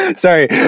Sorry